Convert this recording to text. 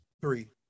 Three